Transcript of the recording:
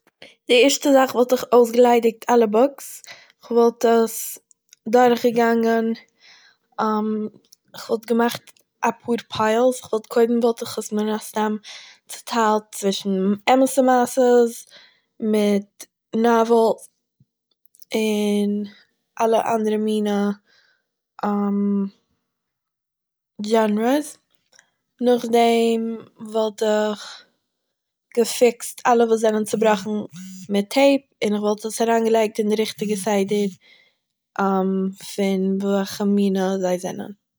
די ערשטע זאך וואלט איך אויסגעליידיגט אלע בוקס, כ'וואלט עס דורכגעגאנגען, כ'וואלט געמאכט א פאר פייעלס, כ'וואלט קודם מן הסתם צעטיילט צווישן אמת'ע מעשיות מיט נאוועל און אלע אנדערע מיני דזשאנערס, נאכדעם וואלט איך געפיקסט אלע וואס זענען צעבראכן מיט טייפ, און איך וואלט עס אריינגעלייגט אין די ריכטיגע סדר פון וועלכע מינים זיי זענען